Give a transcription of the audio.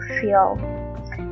feel